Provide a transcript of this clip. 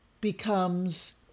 becomes